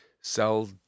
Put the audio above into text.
Sell